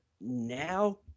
now